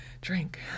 drink